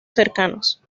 cercanos